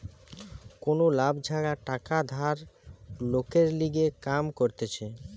কোনো লাভ ছাড়া টাকা ধার লোকের লিগে কাম করতিছে